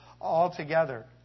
altogether